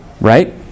Right